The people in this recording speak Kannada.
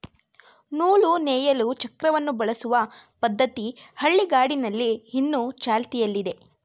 ನೂಲು ನೇಯಲು ಚಕ್ರವನ್ನು ಬಳಸುವ ಪದ್ಧತಿ ಹಳ್ಳಿಗಾಡಿನಲ್ಲಿ ಇನ್ನು ಚಾಲ್ತಿಯಲ್ಲಿದೆ